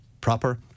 proper